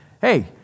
hey